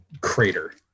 Crater